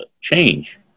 change